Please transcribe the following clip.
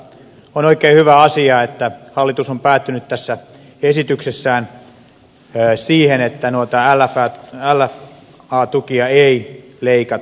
on oikein hyvä asia että hallitus on päätynyt tässä esityksessään siihen että lfa tukia ei leikata